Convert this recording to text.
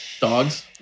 Dogs